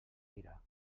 mirar